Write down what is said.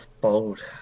Bold